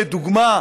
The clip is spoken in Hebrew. לדוגמה,